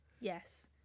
Yes